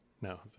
No